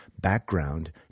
background